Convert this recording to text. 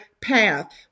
path